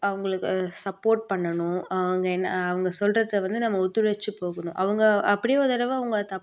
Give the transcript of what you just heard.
அவங்களுக்கு சப்போட் பண்ணணும் அவங்க என்ன அவங்க சொல்கிறத வந்து நம்ம ஒத்துழைச்சி போகணும் அவங்க அப்படியும் ஒரு தடவை அவங்க தப்பாக